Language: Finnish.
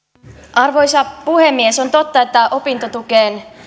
arvoisa puhemies on totta että opintotukeen